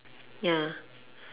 ya